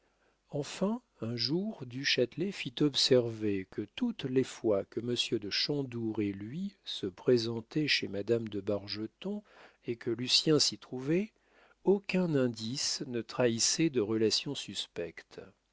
enfin un jour du châtelet fit observer que toutes les fois que monsieur de chandour et lui se présentaient chez madame de bargeton et que lucien s'y trouvait aucun indice ne trahissait de relations suspectes